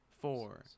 four